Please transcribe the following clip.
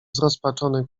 zrozpaczony